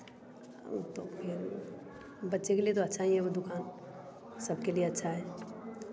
बच्चे के लिए तो अच्छा ही है वह दुकान सब के लिए अच्छा है